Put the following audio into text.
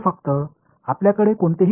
உண்மையில் எளிமையான கையாளுதல் இதுவரை சரி